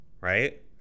right